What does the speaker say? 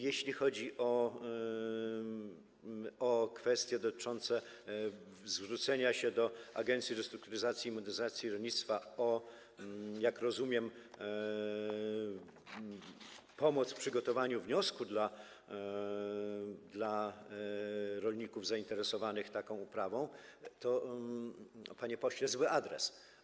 Jeśli chodzi o kwestie dotyczące zwrócenia się do Agencji Restrukturyzacji i Modernizacji Rolnictwa, jak rozumiem, o pomoc w przygotowaniu wniosku dla rolników zainteresowanych taką uprawą, to, panie pośle, zły adres.